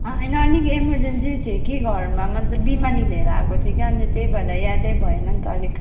होइन अलिक एमर्जेन्सी थियो कि घरमा मतलब बिमारी लिएर आएको थिएँ कि अन्त त्यही भएर यादै भएन नि त अलिक